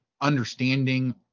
understanding